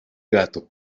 gato